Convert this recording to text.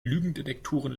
lügendetektoren